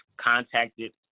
contacted